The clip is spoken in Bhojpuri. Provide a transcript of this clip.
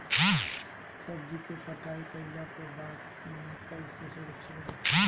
सब्जी क कटाई कईला के बाद में कईसे सुरक्षित रखीं?